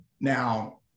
Now